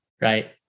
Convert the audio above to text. right